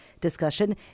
discussion